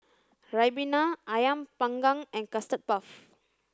Ribena Ayam panggang and Custard Puff